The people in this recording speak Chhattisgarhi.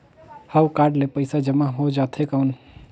हव कारड ले पइसा जमा हो जाथे कौन?